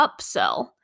upsell